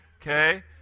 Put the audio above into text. okay